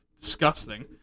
disgusting